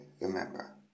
remember